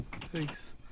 Thanks